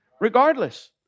Regardless